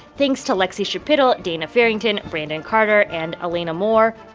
thanks to lexie schapitl, dana farrington, brandon carter and elena moore.